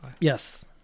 Yes